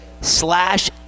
slash